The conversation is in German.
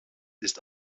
ist